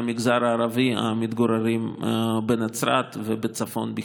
מהמגזר הערבי המתגוררים בנצרת ובצפון בכלל.